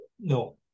no